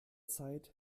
zeit